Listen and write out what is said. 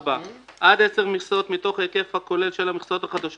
" עד 10 מכסות מתוך ההיקף הכולל של המכסות החדשות